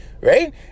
right